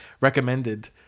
recommended